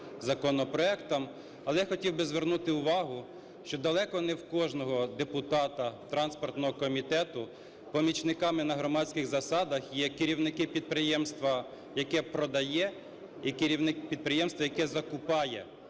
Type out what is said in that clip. Але хотів би звернути увагу, що далеко не в кожного депутата транспортного комітету помічниками на громадських засадах є керівник підприємства, яке продає, і керівник підприємства, яке закупає